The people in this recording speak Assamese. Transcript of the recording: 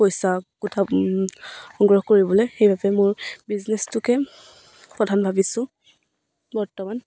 পইচা সংগ্ৰহ কৰিবলৈ সেইবাবে মোৰ বিজনেচটোকে প্ৰধান ভাবিছোঁ বৰ্তমান